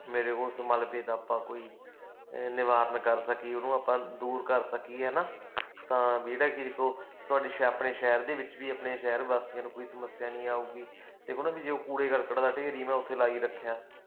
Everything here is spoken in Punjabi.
ਮੇਰੇ ਉਸ ਮਲਬੇ ਦਾ ਆਪਾਂ ਕੋਈ ਨਿਵਾਰਨ ਕਰ ਸਕੀਏ ਉਹਨੂੰ ਆਪਾਂ ਦੂਰ ਕਰ ਸਕੀਏ ਨਾ ਤਾਂ ਜਿਹੜਾ ਕਿਸੇ ਕੋਲ ਤੁਹਾਡੇ ਸੈ ਆਪਣੇ ਸ਼ਹਿਰ ਦੇ ਵਿੱਚ ਵੀ ਆਪਣੇ ਸ਼ਹਿਰ ਵਾਸੀਆਂ ਨੂੰ ਕੋਈ ਸਮੱਸਿਆ ਨਹੀਂ ਆਊਗੀ ਅਤੇ ਹੁਣ ਵੀ ਜੇ ਕੂੜੇ ਕਰਕਟ ਦਾ ਢੇਰ ਹੀ ਮੈਂ ਉੱਥੇ ਲਾਈ ਰੱਖਿਆ